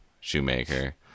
shoemaker